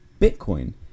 Bitcoin